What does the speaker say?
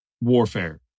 warfare